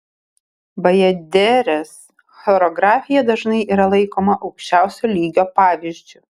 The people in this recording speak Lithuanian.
bajaderės choreografija dažnai yra laikoma aukščiausio lygio pavyzdžiu